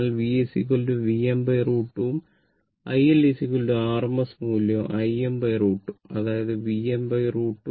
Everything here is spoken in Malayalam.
അതിനാൽ V Vm√ 2 ഉം iL rms മൂല്യം Im√ 2 അതായത് Vm √ 2